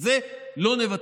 על זה לא נוותר.